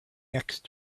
next